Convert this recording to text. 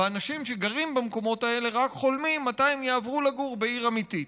ואנשים שגרים במקומות האלה רק חולמים מתי הם יעברו לגור בעיר אמיתית.